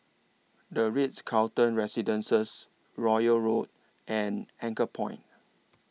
The Ritz Carlton Residences Royal Road and Anchorpoint